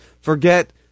Forget